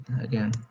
again